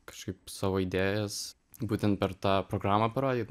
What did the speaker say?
kažkaip savo idėjas būtent per tą programą parodyt